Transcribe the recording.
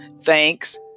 Thanks